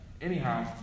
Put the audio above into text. Anyhow